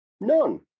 none